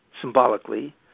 symbolically